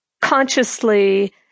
consciously